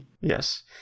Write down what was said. Yes